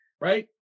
right